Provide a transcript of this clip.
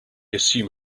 assume